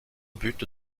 but